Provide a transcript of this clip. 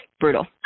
Brutal